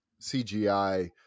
CGI